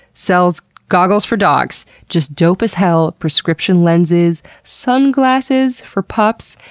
sells goggles for dogs! just dope as hell prescription lenses, sunglasses for pups,